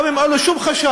גם אם אין לו שום חשד.